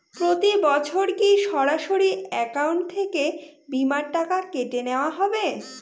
প্রতি বছর কি সরাসরি অ্যাকাউন্ট থেকে বীমার টাকা কেটে নেওয়া হবে?